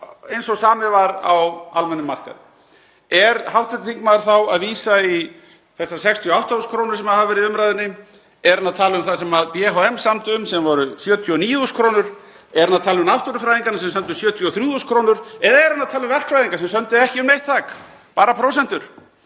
eins og samið var á almennum markaði? Er hv. þingmaður þá að vísa í þessar 68.000 kr. sem hafa verið í umræðunni? Er hann að tala um það sem BHM samdi um sem voru 79.000 kr.? Er hann að tala um náttúrufræðingana sem sömdu um 73.000 kr. eða er hann að tala um verkfræðinga sem sömdu ekki um neitt þak, bara prósentur?